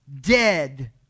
dead